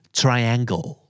triangle